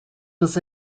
was